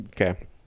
okay